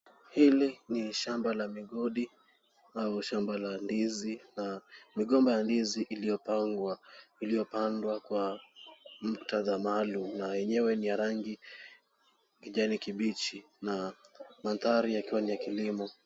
Hili ni shamba la migodi au shamba la ndizi na migomba ya ndizi iliyopandwa kwa muktadha maalum na yenyewe ni ya rangi ya kijani kibichi na mandhari yakiwa ni ya kilimo.